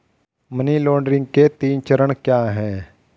Money laundering के तीन चरण क्या हैं?